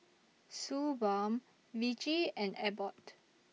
Suu Balm Vichy and Abbott